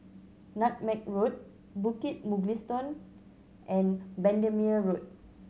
Nutmeg Road Bukit Mugliston and Bendemeer Road